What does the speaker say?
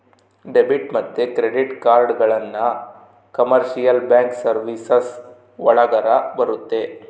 debit ಮತ್ತೆ credit ಕಾರ್ಡ್ಗಳನ್ನ commercial bank services ಒಳಗರ ಬರುತ್ತೆ